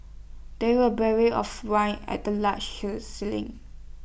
there were barrels of wine at the large show ceiling